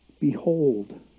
Behold